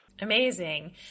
amazing